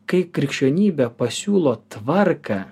kai krikščionybė pasiūlo tvarką